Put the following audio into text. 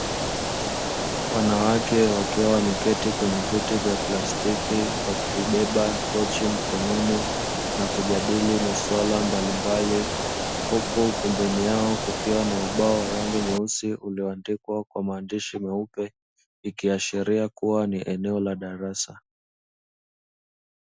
Wanawake wakiwa wameketi kwenye viti vya plastiki wakibeba pochi mkononi na kujadili masuala mbalimbali, huku pembeni yao kikiwa na ubao wenye rangi nyeusi ulioandikwa kwa maandishi meupe; ikiashiria kuwa ni eneo la darasa.